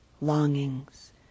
longings